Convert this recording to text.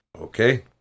Okay